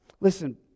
Listen